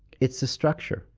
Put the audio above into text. it's the structure.